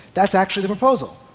that's actually the proposal.